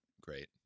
Great